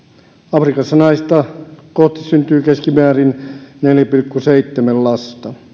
afrikassa naista kohti syntyy keskimäärin neljä pilkku seitsemän lasta